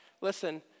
listen